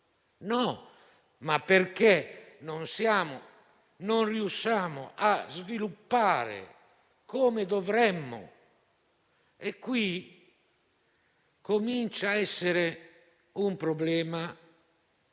perché non riusciamo a sviluppare come dovremmo. Comincia a essere un problema